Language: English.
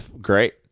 great